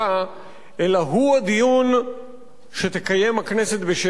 אלא הוא הדיון שתקיים הכנסת בשאלת קיומה או